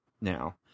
now